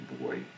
boy